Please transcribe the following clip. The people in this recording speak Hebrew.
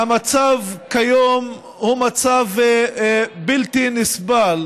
שהמצב כיום הוא מצב בלתי נסבל: